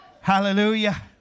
Hallelujah